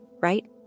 right